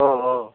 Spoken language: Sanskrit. हो हो